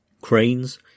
cranes